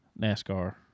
NASCAR